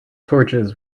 torches